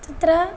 तत्र